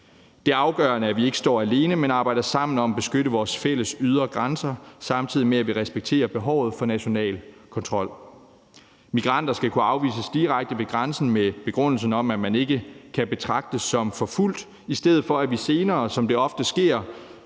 Det er afgørende, at vi ikke står alene, men arbejder sammen om at beskytte vores fælles ydre grænser, samtidig med at vi respekterer behovet for national kontrol. Migranter skal kunne afvises direkte ved grænsen med begrundelsen om, at man ikke kan betragtes som forfulgt, i stedet for at vi senere, som det ofte sker,